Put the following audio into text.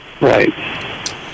Right